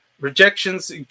rejections